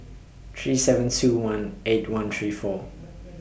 three seven two one eight one three four